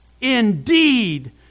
indeed